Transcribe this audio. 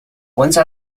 once